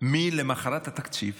ממוחרת התקציב